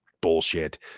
bullshit